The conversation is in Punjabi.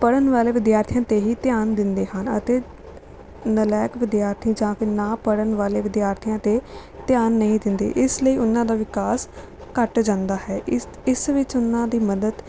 ਪੜ੍ਹਨ ਵਾਲੇ ਵਿਦਿਆਰਥੀਆਂ 'ਤੇ ਹੀ ਧਿਆਨ ਦਿੰਦੇ ਹਨ ਅਤੇ ਨਲਾਇਕ ਵਿਦਿਆਰਥੀ ਜਾਂ ਫਿਰ ਨਾ ਪੜ੍ਹਨ ਵਾਲੇ ਵਿਦਿਆਰਥੀਆਂ 'ਤੇ ਧਿਆਨ ਨਹੀਂ ਦਿੰਦੇ ਇਸ ਲਈ ਉਨ੍ਹਾਂ ਦਾ ਵਿਕਾਸ ਘੱਟ ਜਾਂਦਾ ਹੈ ਇਸ ਇਸ ਵਿੱਚ ਉਨ੍ਹਾਂ ਦੀ ਮਦਦ